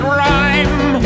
rhyme